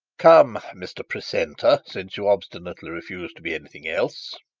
come, mr precentor, since you obstinately refuse to be anything else,